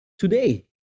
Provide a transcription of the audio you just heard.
today